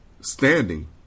standing